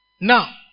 Now